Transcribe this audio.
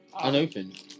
unopened